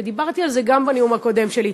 ודיברתי על זה גם בנאום הקודם שלי,